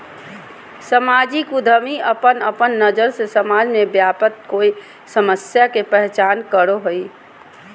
सामाजिक उद्यमी अपन अपन नज़र से समाज में व्याप्त कोय समस्या के पहचान करो हइ